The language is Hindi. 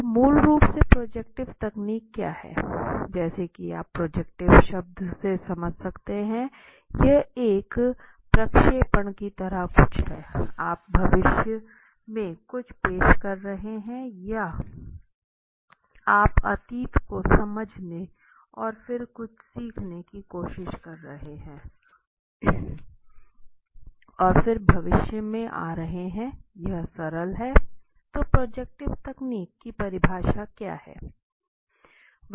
तो मूल रूप से प्रोजेक्टिव तकनीक क्या है जैसे की आप प्रोजेक्टिव शब्द से समझ सकते हैं ये एक प्रक्षेपण की तरह कुछ हैं आप भविष्य में कुछ पेश कर रहे हैं या आप अतीत को समझने और फिर कुछ सीखने की कोशिश कर रहे है और फिर भविष्य में आ रहे हैं यह सरल है तो प्रोजेक्टिव तकनीक की परिभाषा क्या है